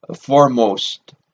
foremost